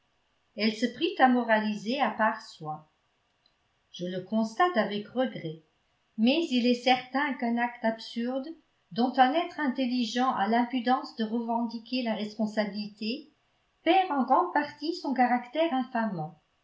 elle se prit à moraliser à part soi je le constate avec regret mais il est certain qu'un acte absurde dont un être intelligent a l'impudence de revendiquer la responsabilité perd en grande partie son caractère infamant